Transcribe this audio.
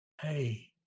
Hey